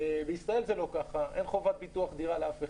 בישראל זה לא ככה, אין חובת ביטוח דירה לאף אחד.